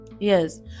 yes